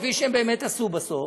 כפי שהם באמת עשו בסוף,